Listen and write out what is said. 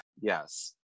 Yes